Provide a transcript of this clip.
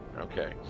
Okay